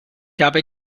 habe